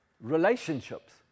relationships